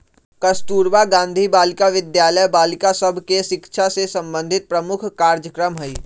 कस्तूरबा गांधी बालिका विद्यालय बालिका सभ के शिक्षा से संबंधित प्रमुख कार्जक्रम हइ